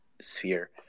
sphere